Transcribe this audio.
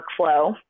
workflow